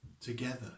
together